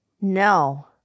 No